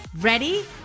Ready